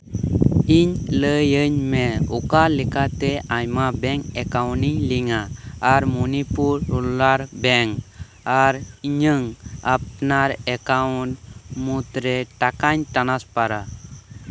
ᱤᱧ ᱞᱟᱹᱭᱟᱹᱧ ᱢᱮ ᱚᱠᱟ ᱞᱮᱠᱟᱛᱮ ᱟᱭᱢᱟ ᱵᱮᱝᱠ ᱮᱠᱟᱩᱱᱴᱤᱧ ᱞᱤᱝᱠᱼᱟ ᱟᱨ ᱢᱚᱱᱤᱯᱩᱨ ᱨᱩᱞᱟᱞ ᱵᱮᱝᱠ ᱟᱨ ᱤᱧᱟᱹᱜ ᱟᱯᱱᱟᱨ ᱮᱠᱟᱩᱱᱴ ᱢᱩᱫᱨᱮ ᱴᱟᱠᱟᱧ ᱴᱟᱱᱟᱥᱯᱟᱨᱼᱟ